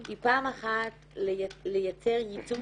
היא פעם אחת לייצר ייצוג